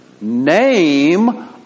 name